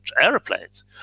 aeroplanes